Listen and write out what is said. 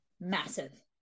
massive